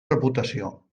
reputació